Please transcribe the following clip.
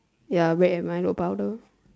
ya bread and milo powder